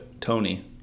Tony